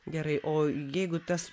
gerai o jeigu tas